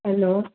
hello